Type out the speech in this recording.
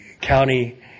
county